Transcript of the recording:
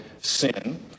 sin